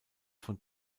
von